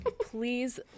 please